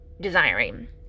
desiring